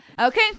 Okay